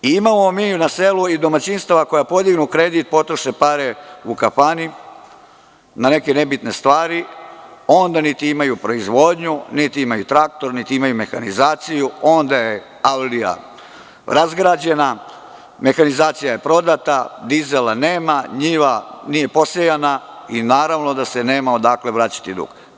Imamo mi na selu i domaćinstava koja podignu kredit, potroše pare u kafani na neke nebitne stvari, onda niti imaju proizvodnju, niti imaju traktor, niti imaju mehanizaciju, onda je avlija razgrađena, mehanizacija je prodata, dizela nema, njima nije posejana i naravno da se nema odakle vraćati dug.